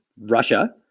Russia